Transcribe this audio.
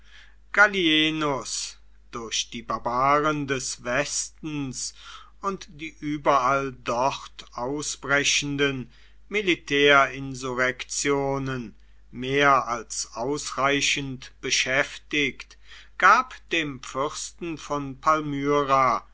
gallienus durch die barbaren des westens und die überall dort ausbrechenden militärinsurrektionen mehr als ausreichend beschäftigt gab dem fürsten von